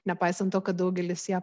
nepaisant to kad daugelis ją